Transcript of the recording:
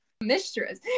mistress